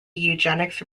eugenics